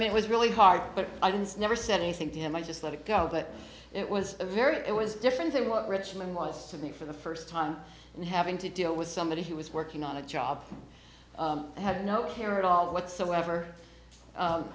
mean it was really hard but i didn't never said anything to him i just let it go but it was a very it was different than what richmond was something for the first time having to deal with somebody who was working on the job had no care at all whatsoever